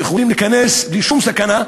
יכולים להיכנס ואין שום סכנה,